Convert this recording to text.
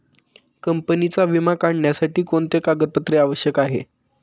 कंपनीचा विमा काढण्यासाठी कोणते कागदपत्रे आवश्यक आहे?